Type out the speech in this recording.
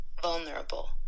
vulnerable